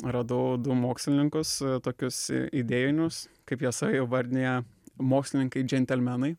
radau du mokslininkus tokius idėjinius kaip jie save įvardija mokslininkai džentelmenai